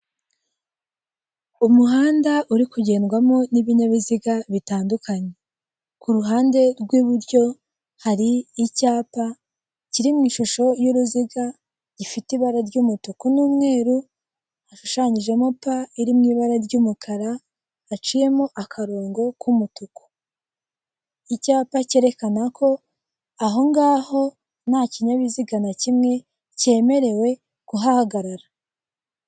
Umuhanda uri kugendwamo n'ibinyabiziga bitandukanye, ku ruhande rw'iburyo hari icyapa kiri mu ishusho y'uruziga, gifite ibara ry'umutuku n'umweru, hashushanyijemo p iri mu ibara ry'umukara, haciyemo akarongo k'umutuku. Icyapa cyerekana ko aho ngaho nta kinyabiziga na kimwe kemerewe kuhahagarara.